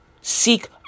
Seek